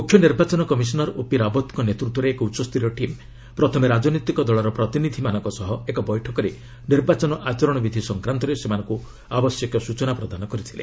ମୁଖ୍ୟ ନିର୍ବାଚନ commissioner O ରାୱତ୍ଙ୍କ ନେତୃତ୍ୱରେ ଏକ ଉଚ୍ଚସ୍ତରୀୟ ଟିମ୍ ପ୍ରଥମେ ରାଜନୈତିକ ଦଳର ପ୍ରତିନିଧିମାନଙ୍କ ସହ ଏକ ବୈଠକରେ ନିର୍ବାଚନ ଆଚରଣ ବିଧି ସଂକ୍ରାନ୍ତରେ ସେମାନଙ୍କୁ ଆବଶ୍ୟକ ସୂଚନା ପ୍ରଦାନ କରିଥିଲେ